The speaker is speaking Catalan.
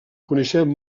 coneixem